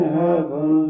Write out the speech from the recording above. heaven